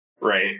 right